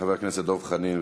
חבר הכנסת דב חנין,